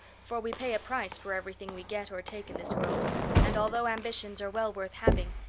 for we pay a price for everything we get or take in this world and although ambitions are well worth having,